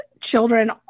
children